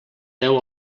deu